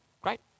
Great